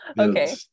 okay